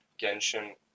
Genshin